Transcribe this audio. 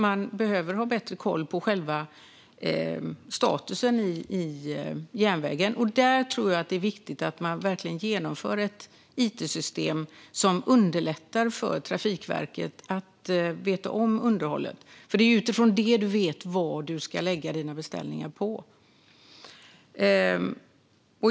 Man behöver ha bättre koll på själva statusen på järnvägen. Jag tror att det är viktigt att man inför ett it-system som underlättar för Trafikverket att känna till underhållet, för det är utifrån detta som man vet vad man ska lägga beställningar på.